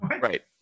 Right